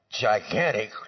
gigantic